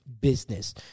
Business